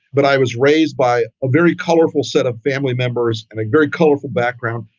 but i was raised by a very colorful set of family members. and very colorful background.